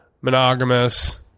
monogamous